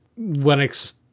Linux